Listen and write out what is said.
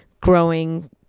growing